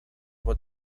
for